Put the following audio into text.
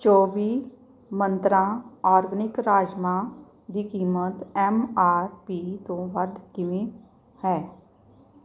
ਚੌਵੀ ਮੰਤਰਾਂ ਆਰਗੈਨਿਕ ਰਾਜਮਾਂਹ ਦੀ ਕੀਮਤ ਐੱਮ ਆਰ ਪੀ ਤੋਂ ਵੱਧ ਕਿਵੇਂ ਹੈ